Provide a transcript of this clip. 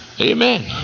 Amen